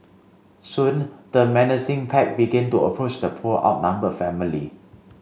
soon the menacing pack began to approach the poor outnumbered family